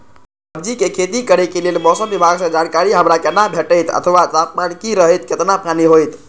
सब्जीके खेती करे के लेल मौसम विभाग सँ जानकारी हमरा केना भेटैत अथवा तापमान की रहैत केतना पानी होयत?